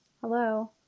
Hello